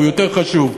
הוא יותר חשוב.